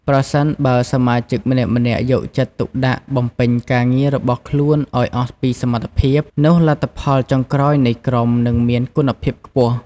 ប្រសិនបើសមាជិកម្នាក់ៗយកចិត្តទុកដាក់បំពេញការងាររបស់ខ្លួនឱ្យអស់ពីសមត្ថភាព នោះលទ្ធផលចុងក្រោយនៃក្រុមនឹងមានគុណភាពខ្ពស់។